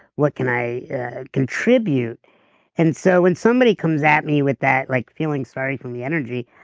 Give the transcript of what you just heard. what can i contribute and so when somebody comes at me with that, like feeling sorry from the energy,